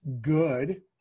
good